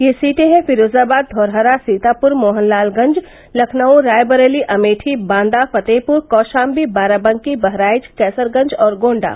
यह सीटे हैं फिरोजाबाद धौरहरा सीतापुर मोहनलालगंज लखनऊ रायबरेली अमेठी बांदा फतेहपुर कौशांबी बाराबंकी बहराइच कैसरगंज और गोंडा